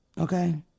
Okay